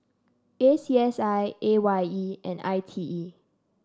A C S I A Y E and I T E